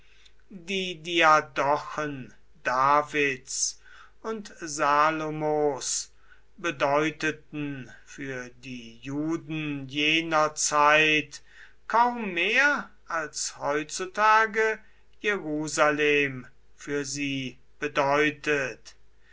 die diadochen davids und salomos bedeuteten für die juden jener zeit kaum mehr als heutzutage jerusalem für sie bedeutet